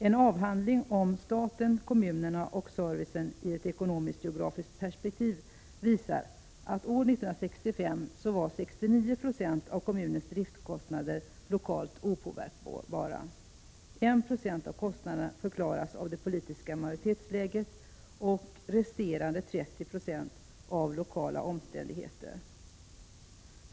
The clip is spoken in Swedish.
En avhandling om ”Staten, kommunerna och servicen i ett ekonomiskt-geografiskt perspektiv” visar att 69 90 av kommunens driftkostnader år 1965 var lokalt opåverkbara, 1 90 av kostnaderna förklaras av det politiska majoritetsläget och resterande 30 96 av lokala omständigheter.